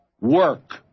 Work